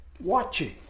Watching